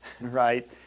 right